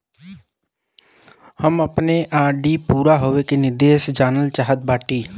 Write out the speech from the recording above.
हम अपने आर.डी पूरा होवे के निर्देश जानल चाहत बाटी